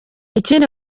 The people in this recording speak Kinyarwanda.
ikindi